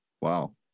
wow